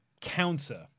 counter